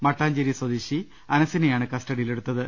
മട്ടാ ഞ്ചേരി സ്വദേശി അനസിനെയാണ് കസ്റ്റഡിയിൽ എടുത്തത്